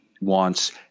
wants